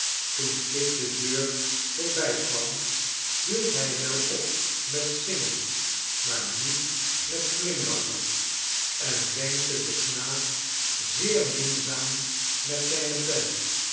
toen kit de deur voorbijkwam hield hij wel op met zingen maar niet met glimlachen en wenkte den knaap zeer minzaam met zijne pen